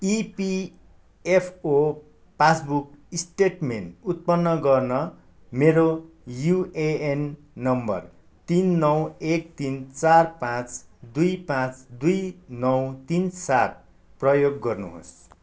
EPFO passbook statement उत्पन्न गर्न मेरो युएएन नम्बर तिन नौ एक तिन चार पाँच दुई पाँच दुई नौ तिन सात प्रयोग गर्नुहोस्